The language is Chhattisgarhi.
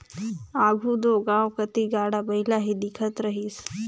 आघु दो गाँव कती गाड़ा बइला ही दिखत रहिस